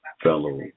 fellow